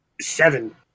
Seven